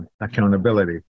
accountability